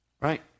Right